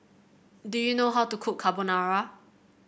do you know how to cook Carbonara